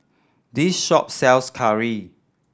this shop sells curry